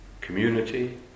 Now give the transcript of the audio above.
community